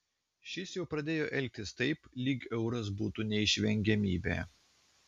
šis jau pradėjo elgtis taip lyg euras būtų neišvengiamybė